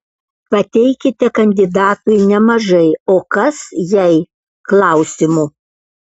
pateikite kandidatui nemažai o kas jei klausimų